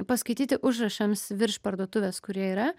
paskaityti užrašams virš parduotuvės kurie yra